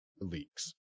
leaks